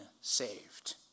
saved